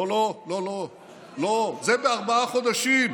לא, לא, לא, זה בארבעה חודשים.